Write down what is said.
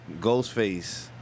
Ghostface